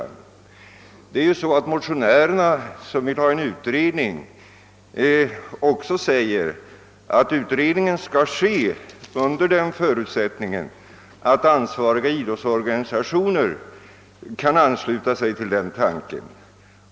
Det förhåller sig ju så att motionä :erna, som vill ha en utredning, själva säger att förutsättningen för att en statlig utredning skall ske är att ansvariga idrottsorganisationer kan ansluta sig till tanken.